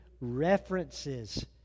references